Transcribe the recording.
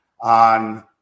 on